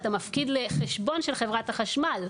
אתה מפקיד לחשבון של חברת החשמל,